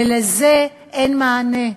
ולזה אין מענה.